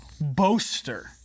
boaster